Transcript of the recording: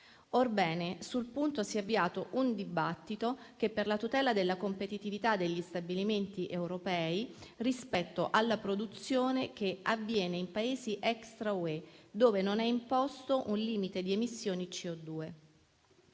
Orbene, sul punto si è avviato un dibattito per la tutela della competitività degli stabilimenti europei rispetto alla produzione che avviene in Paesi extra UE, dove non è imposto un limite alle emissioni di CO2.